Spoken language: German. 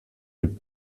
mit